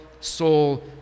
soul